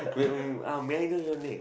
wait wai~ um may I know your name